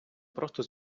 просто